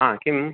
किम्